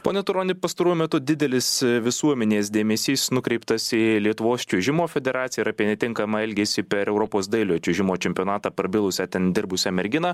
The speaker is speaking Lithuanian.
pone turoni pastaruoju metu didelis visuomenės dėmesys nukreiptas į lietuvos čiuožimo federaciją ir apie netinkamą elgesį per europos dailiojo čiuožimo čempionatą prabilusią ten dirbusią merginą